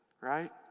right